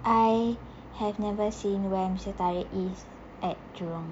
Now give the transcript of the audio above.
I have never seen where mister teh tarik is at jurong